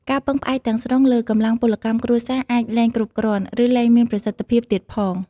ការពឹងផ្អែកទាំងស្រុងលើកម្លាំងពលកម្មគ្រួសារអាចលែងគ្រប់គ្រាន់ ឬលែងមានប្រសិទ្ធភាពទៀតផង។